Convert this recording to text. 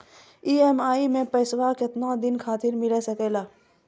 EMI मैं पैसवा केतना दिन खातिर मिल सके ला?